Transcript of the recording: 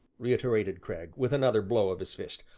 reiterated cragg, with another blow of his fist,